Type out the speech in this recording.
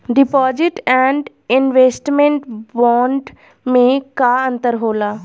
Deposit and investment bond मे का अंतर होला?